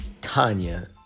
tanya